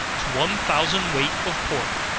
to one thousand weight of pork,